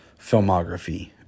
filmography